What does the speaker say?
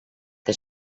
que